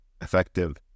effective